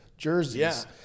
Jerseys